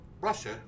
Russia